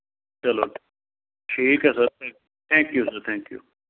ਚਲੋ ਠੀਕ ਹੈ ਸਰ ਫਿਰ thank you sir thank you